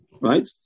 Right